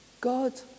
God